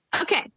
Okay